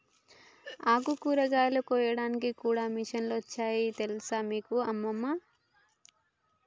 ఆకుకూరలు కోయడానికి కూడా మిషన్లు వచ్చాయి తెలుసా నీకు అమ్మమ్మ